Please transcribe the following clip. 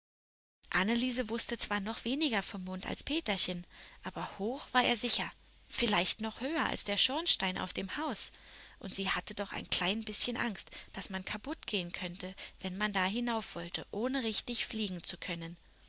anneliese wußte zwar noch weniger vom mond als peterchen aber hoch war er sicher vielleicht noch höher als der schornstein auf dem haus und sie hatte doch ein klein bißchen angst daß man kaputtgehen könnte wenn man da hinaufwollte ohne richtig fliegen zu können